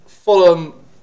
Fulham